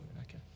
okay